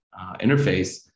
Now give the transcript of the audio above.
interface